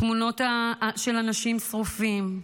תמונות של אנשים שרופים,